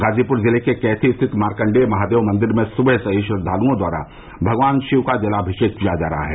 गाजीपुर जिले के कैथी स्थित मारकण्डेय महादेव मंदिर में सुबह से ही श्रद्वालुओं द्वारा भगवान शिव का जलामिषेक किया जा रहा है